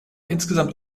insgesamt